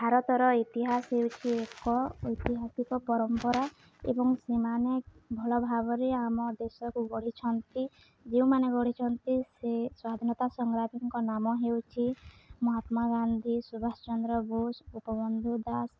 ଭାରତର ଇତିହାସ ହେଉଛି ଏକ ଐତିହାସିକ ପରମ୍ପରା ଏବଂ ସେମାନେ ଭଲ ଭାବରେ ଆମ ଦେଶକୁ ଗଢ଼ିଛନ୍ତି ଯେଉଁମାନେ ଗଢ଼ିଛନ୍ତି ସେ ସ୍ୱାଧୀନତା ସଂଗ୍ରାମୀଙ୍କ ନାମ ହେଉଛି ମହାତ୍ମା ଗାନ୍ଧୀ ସୁବାଷ ଚନ୍ଦ୍ର ବୋଷ ଗୋପବନ୍ଧୁ ଦାସ